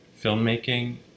filmmaking